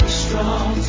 strong